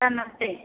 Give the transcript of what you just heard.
sir नमते